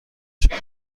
شدیم